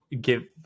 Give